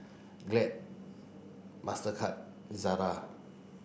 Glad Mastercard Zara